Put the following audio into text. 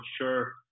sure